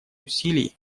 усилий